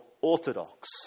orthodox